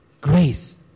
grace